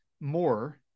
more